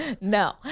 No